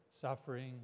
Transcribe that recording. suffering